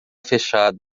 fechada